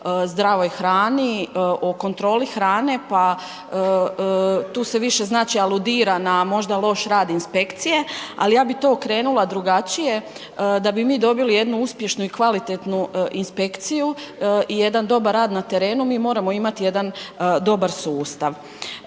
zdravoj hrani, o kontroli hrane, pa tu se više znači aludira na možda loš način inspekcije, ali ja bih to okrenula drugačije. Da bi mi dobili jednu uspješnu i kvalitetnu inspekciju, jedan dobar rad na terenu, mi moramo imati jedan dobar sustav.